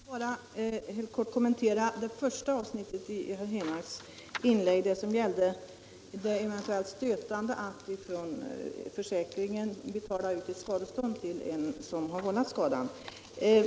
Herr talman! Låt mig bara helt kort kommentera det första avsnittet i herr Henmarks inlägg, som gällde det eventuellt stötande i att från försäkringen betala ut skadestånd till en som vållat skadan.